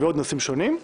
ועוד נושאים שונים.